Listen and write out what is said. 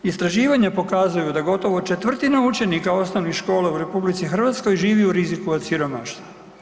Istraživanja pokazuju da gotovo četvrtina učenika osnovnih škola u RH živi u riziku od siromaštva.